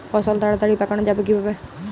ফসল তাড়াতাড়ি পাকানো যাবে কিভাবে?